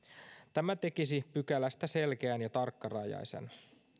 tämä tekisi pykälästä selkeän ja tarkkarajaisen